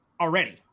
already